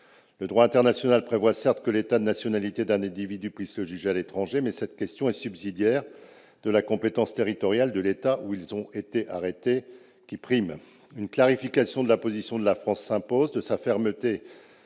le droit international prévoit que l'État de nationalité d'un individu puisse le juger à l'étranger, mais cette compétence est subsidiaire de la compétence territoriale de l'État où ils ont été arrêtés, laquelle prime. S'impose une clarification de la position de la France, de sa fermeté